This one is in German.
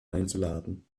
einzuladen